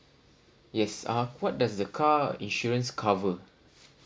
yes uh what does the car insurance cover